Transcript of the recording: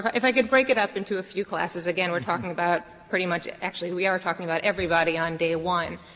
if i could break it up into a few classes. classes. again, we are talking about pretty much actually we are talking about everybody on day one.